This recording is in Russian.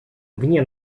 вне